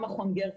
גם מכון גרטנר,